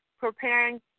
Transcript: preparing